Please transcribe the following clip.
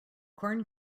corn